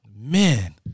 man